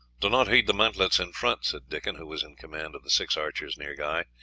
do not heed the mantlets in front, said dickon, who was in command of the six archers near guy,